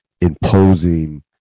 imposing